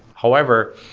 however,